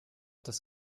das